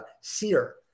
SEER